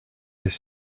his